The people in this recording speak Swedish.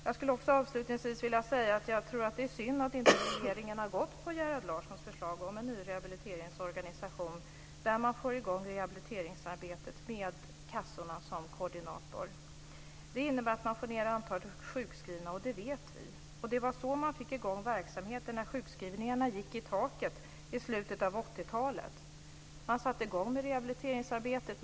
Jag skulle också avslutningsvis vilja säga att jag tror att det är synd att inte regeringen har gått på Gerhard Larssons förslag om en ny rehabiliteringsorganisation där man får i gång rehabiliteringsarbetet med kassorna som koordinator. Det innebär att man får ned antalet sjukskrivna, det vet vi. Det var så man fick i gång verksamheten när sjukskrivningarna gick i taket i slutet av 80-talet. Man satte i gång med rehabiliteringsarbetet.